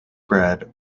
bread